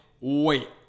wait